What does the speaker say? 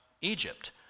Egypt